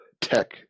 tech